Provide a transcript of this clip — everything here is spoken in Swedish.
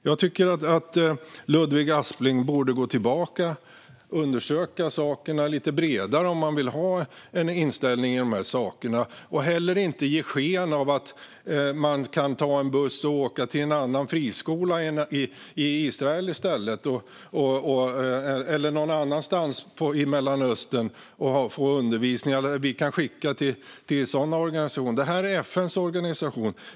Jag tycker att Ludvig Aspling borde gå tillbaka och undersöka sakerna lite bredare om han vill ha en uppfattning om detta, och jag tycker att han heller inte ska ge sken av att man kan ta bussen och åka till en annan friskola i Israel eller någon annanstans i Mellanöstern för att få undervisning eller att vi kan skicka pengar till en sådan organisation. Det här är FN:s organisation.